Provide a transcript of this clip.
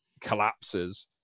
collapses